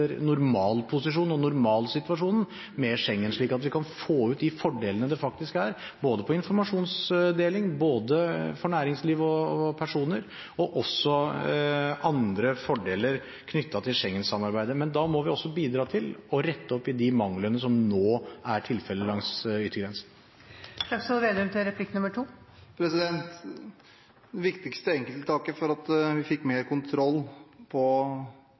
normalposisjonen og normalsituasjonen med Schengen, slik at vi kan få ut de fordelene det faktisk er, både informasjonsdeling for næringsliv og personer og andre fordeler knyttet til Schengen-samarbeidet. Men da må vi også bidra til å rette opp i de manglene som nå er tilfellet langs yttergrensen. De viktigste enkelttiltakene for at vi fikk mer kontroll over innvandringsstrømmen i fjor høst, var ulike tiltak for grensekontroll, at vi fikk opp igjen et system på